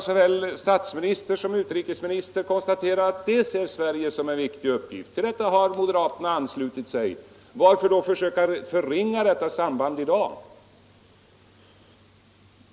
Såväl statsministern som utrikesministern har konstaterat att Sverige ser detta som en viktig uppgift och till den ståndpunkten har moderaterna anslutit sig. Varför då försöka förringa detta samband i dag?